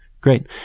Great